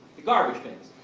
the garbage bins.